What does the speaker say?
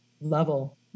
level